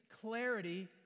clarity